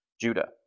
Judah